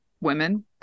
women